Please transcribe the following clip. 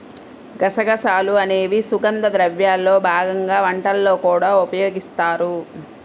గసగసాలు అనేవి సుగంధ ద్రవ్యాల్లో భాగంగా వంటల్లో కూడా ఉపయోగిస్తారు